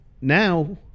Now